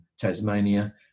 Tasmania